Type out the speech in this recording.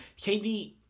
KD